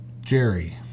Jerry